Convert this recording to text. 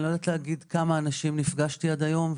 אני לא יודעת להגיד עם כמה אנשים נפגשתי עד היום,